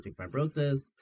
fibrosis